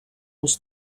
was